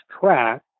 track